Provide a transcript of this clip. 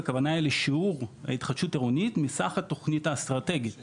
הכוונה היא לשיעור ההתחדשות העירונית מסך התוכנית האסטרטגית לדיור.